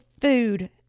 food